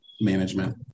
management